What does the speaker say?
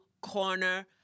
corner